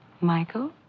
Michael